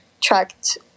tracked